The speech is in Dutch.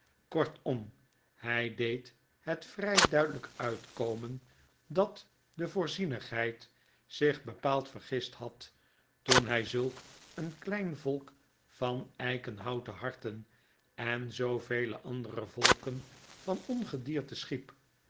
kortom hy deed het vry duidelyk uitkomen dat de vooraenigheid zich bepaald vergist had toen hy zulk een klein volk van eikenhouten harten en zoovele andere volken van ongedierte schiep